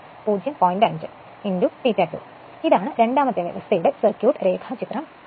5 ∅2 ഇതാണ് രണ്ടാമത്തെ വ്യവസ്ഥയുടെ സർക്യൂട്ട് രേഖാചിത്രം